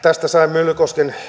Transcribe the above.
myllykosken